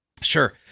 sure